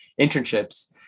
internships